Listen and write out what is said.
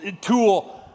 tool